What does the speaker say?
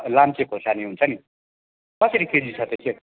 लाम्चे खोर्सानी हुन्छ नि कसरी केजी छ त्यो चाहिँ